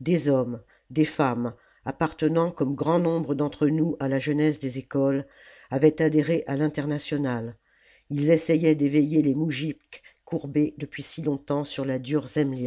des hommes des femmes appartenant comme grand nombre d'entre nous à la jeunesse des écoles avaient adhéré à l'internationale ils essayaient d'éveiller les moujiks courbés depuis si longtemps sur la dure